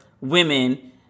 women